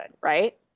right